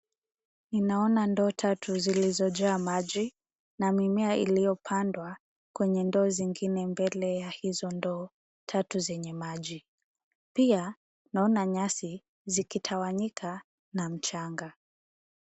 Ninaona ndoo tatu zilizojaa maji, na mimea iliyopandwa kwenye ndoo zingine, mbele ya hizo ndoo tatu zenye maji. Pia naona nyasi, zikitawanyika, na mchanga.